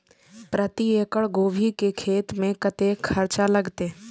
प्रति एकड़ गोभी के खेत में कतेक खर्चा लगते?